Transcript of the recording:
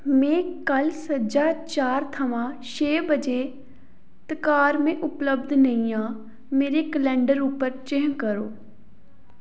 में कल सज्जा चार थमां छे बजे तकार में उपलब्ध नेईं आं मेरे कलैंडर उप्पर चिह्न करो